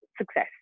success